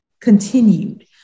continued